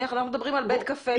אנחנו מדברים על בית קפה,